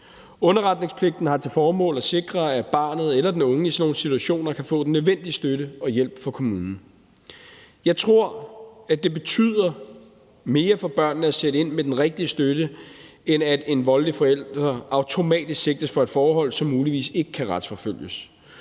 Underretningspligten har til formål at sikre, at barnet eller den unge i sådan nogle situationer kan få den nødvendige støtte og hjælp fra kommunen. Jeg tror, det betyder mere for børnene at sætte ind med den rigtige støtte, end at en voldelig forælder automatisk sigtes for et forhold, som muligvis ikke kan retsforfølges.